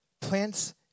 Plants